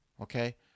Okay